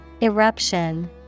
Eruption